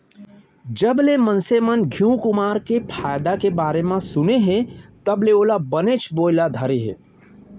जबले मनसे मन घींव कुंवार के फायदा के बारे म सुने हें तब ले ओला बनेच बोए ल धरे हें